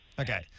Okay